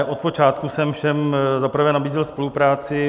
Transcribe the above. Od počátku jsem ale všem zaprvé nabízel spolupráci.